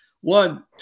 One